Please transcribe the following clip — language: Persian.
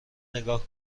نگاه